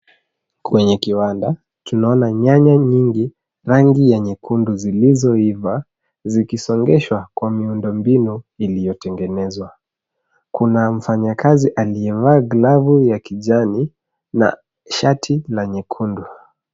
Kwenye kiwanda, tunaona nyanya nyingi rangi ya nyekundu zilizo iva zikisongeshwa kwa miundombinu iliyo tengenezwa. Kuna mfanyikazi aliyevaa glovu ya kijani na shati la nyekundu.